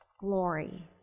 glory